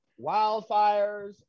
wildfires